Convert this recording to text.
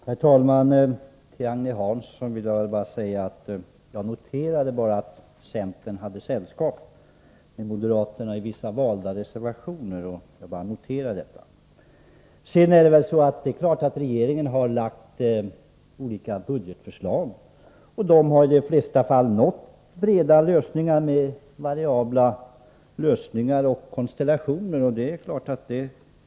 Herr talman! Jag vill bara säga till Agne Hansson att jag noterade att centern hade sällskap med moderaterna i vissa valda reservationer. Det är klart att regeringen har lagt fram olika budgetförslag. De har i de flesta fall lett fram till breda lösningar, med varierande konstellationer.